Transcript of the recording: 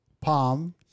Palm